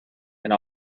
and